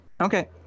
Okay